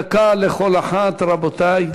דקה לכל אחת, רבותי.